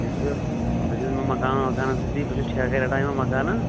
مےٚ چھُ بہٕ چھُس یِمن مکانن وکانن سۭتی بہٕ چھُس ٹھیکے رَٹان یِمَن مَکانَن